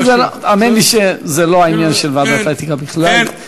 לא, האמן לי שזה לא העניין של ועדת האתיקה בכלל.